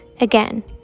Again